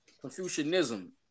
Confucianism